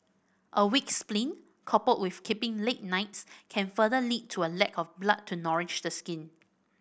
a weak spleen coupled with keeping late nights can further lead to a lack of blood to nourish the skin